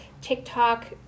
TikTok